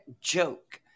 joke